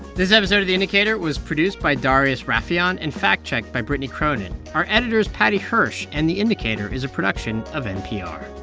this episode of the indicator was produced by darius rafieyan and fact-checked by brittany cronin. our editor is paddy hirsch, and the indicator is a production of npr